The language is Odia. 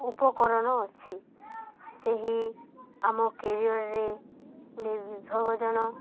ଉପକରଣ ଅଛି ସେହି ଆମ କ୍ୟାରିଅର୍ରେ ବିଭୋଜନ